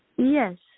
Yes